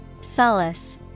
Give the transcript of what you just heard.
Solace